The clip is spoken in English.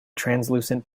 translucent